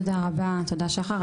תודה רבה, תודה שחר.